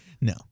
No